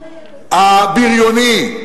הבריוני,